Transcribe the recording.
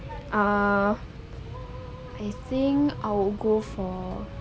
a'ah I think I will go for